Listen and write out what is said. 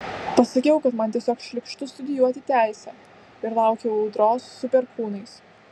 pasakiau kad man tiesiog šlykštu studijuoti teisę ir laukiau audros su perkūnais